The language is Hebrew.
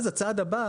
הצעד הבא